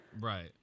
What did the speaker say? Right